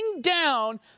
down